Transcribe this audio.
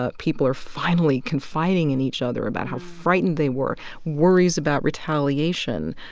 ah people are finally confiding in each other about how frightened they were worries about retaliation.